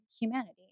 humanity